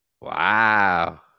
Wow